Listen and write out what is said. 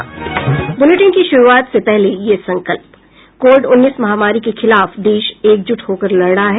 bulletin की शुरूआत से पहले ये संकल्प कोविड उन्नीस महामारी के खिलाफ देश एकजुट होकर लड़ रहा है